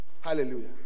Hallelujah